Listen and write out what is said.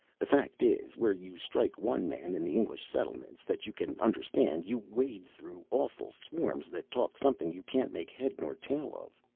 the fact is, where you strike one man in the english settlements that you can understand, you wade through awful swarms that talk something you can't make head nor tail of.